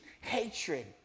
hatred